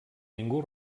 ningú